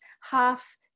half